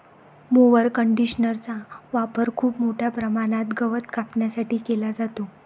mower कंडिशनरचा वापर खूप मोठ्या प्रमाणात गवत कापण्यासाठी केला जातो